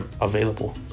available